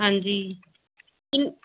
ਹਾਂਜੀ ਕਿੰਨ